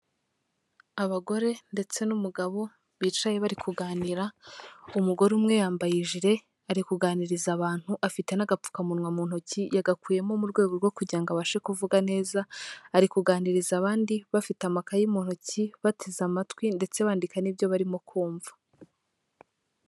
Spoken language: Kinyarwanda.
Abagore ndetse n'umugabo bicaye bari kuganira, umugore umwe yambaye ijire, ari kuganiriza abantu, afite n'agapfukamuwa mu ntoki, yagakuyemo mu rwego rwo kugira ngo abashe kuvuga neza, ari kuganiriza abandi bafite amakaye mu ntoki, bateze amatwi, ndetse bandika n'ibyo barimo kumva.